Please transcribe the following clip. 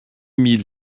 mille